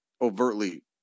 overtly